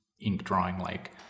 ink-drawing-like